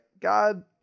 God